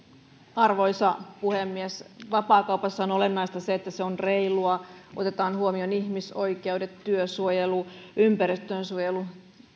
arvoisa puhemies vapaakaupassa on olennaista se että se on reilua otetaan huomioon ihmisoikeudet työsuojelu ympäristönsuojelu tässä on